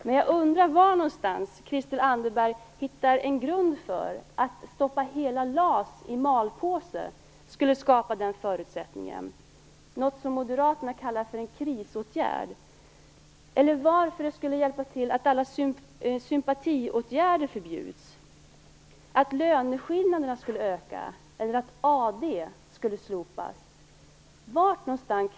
Men jag undrar var Christel Anderberg hittar en grund för att man genom att stoppa hela LAS i malpåse skulle skapa den förutsättningen - något som Moderaterna kallar en krisåtgärd. Eller varför skulle det hjälpa om alla sympatiåtgärder förbjöds, om löneskillnaderna ökade eller om AD slopades?